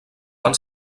fan